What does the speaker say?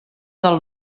del